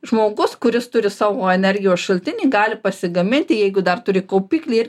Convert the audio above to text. žmogus kuris turi savo energijos šaltinį gali pasigaminti jeigu dar turi kaupiklį ir